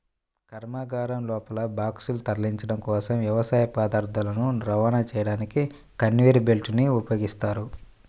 కర్మాగారం లోపల బాక్సులను తరలించడం కోసం, వ్యవసాయ పదార్థాలను రవాణా చేయడానికి కన్వేయర్ బెల్ట్ ని ఉపయోగిస్తారు